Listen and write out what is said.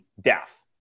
death